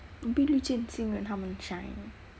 是因为她们 shy